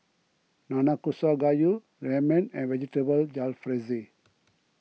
Nanakusa Gayu Ramen and Vegetable Jalfrezi